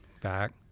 back